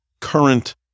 current